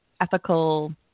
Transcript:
ethical